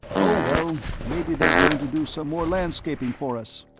oh, well, maybe they're going to do some more landscaping for us.